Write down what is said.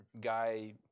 guy